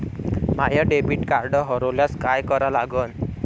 माय debit card हरोल्यास काय करा लागन?